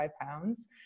pounds